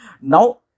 Now